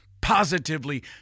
positively